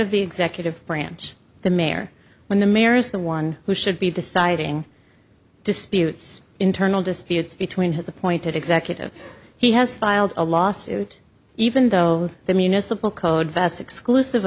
of the executive branch the mayor when the mayor is the one who should be deciding disputes internal disputes between his appointed executives he has filed a lawsuit even though the municipal code vests exclusive